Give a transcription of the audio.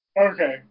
Okay